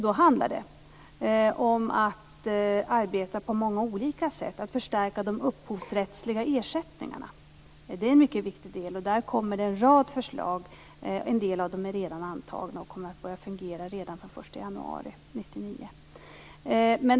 Då handlar det om att arbeta på många olika sätt. Att förstärka de upphovsrättsliga ersättningarna är en mycket viktig del. Där kommer det en rad förslag. En del av dem är redan antagna och kommer att börja fungera redan från den 1 januari 1999.